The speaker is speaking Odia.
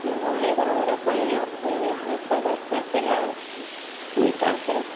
ମୋ ଭଉଣୀ ବାହାଘର ପାଇଁ ମୋତେ ମାଂସ ଦରକାର ଥିଲା କ୍ଵିଣ୍ଟାଲ୍ଟେ